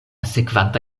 sekvanta